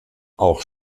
auch